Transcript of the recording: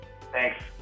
Thanks